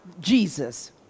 Jesus